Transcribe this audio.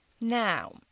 Now